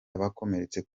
abakomeretse